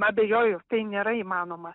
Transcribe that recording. abejoju tai nėra įmanoma